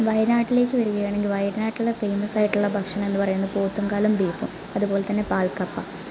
വയനാട്ടിലേക്ക് വരികയാണെങ്കില് വയനാട്ടില് ഫേമസായിട്ടുള്ള ഭക്ഷണം എന്ന് പറയുന്നത് പോത്തും കാലും ബീഫും അതുപോലെതന്നെ പാല്കപ്പ